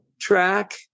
track